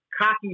cocky